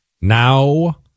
now